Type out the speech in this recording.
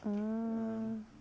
mm